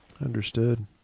Understood